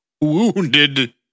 wounded